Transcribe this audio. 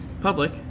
public